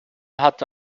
hatte